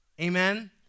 Amen